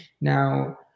Now